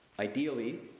Ideally